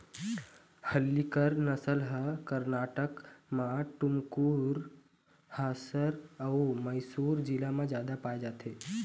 हल्लीकर नसल ह करनाटक म टुमकुर, हासर अउ मइसुर जिला म जादा पाए जाथे